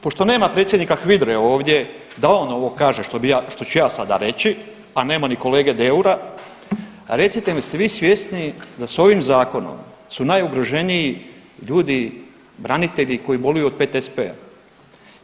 Pošto nema predsjednika HVIDRA-e ovdje da on ovo kaže što ću ja sada reći, a nema ni kolege Deura, recite mi, jeste vi svjesni da s ovim Zakonom su najugroženiji ljudi, branitelji koji boluju od PTSP-a?